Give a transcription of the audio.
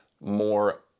more